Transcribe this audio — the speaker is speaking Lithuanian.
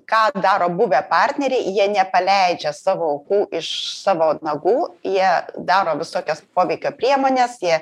ką daro buvę partneriai jie nepaleidžia savo aukų iš savo nagų jie daro visokias poveikio priemones jie